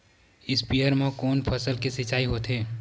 स्पीयर म कोन फसल के सिंचाई होथे?